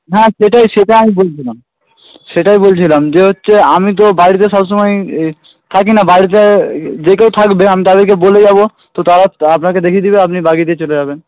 না সেটাই সেটা আমি বলছিলাম সেটাই বলছিলাম যে হচ্ছে আমি তো বাড়িতে সব সময় থাকি না বাড়িতে যে কেউ থাকবে আমি তাদেরকে বলে যাবো তো তারা আপনাকে দেখিয়ে দেবে আপনি বাগিয়ে দিয়ে চলে যাবেন